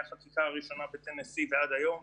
מהחקיקה הראשונה בטנסי ועד היום,